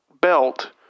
belt